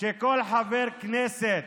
שכל חבר כנסת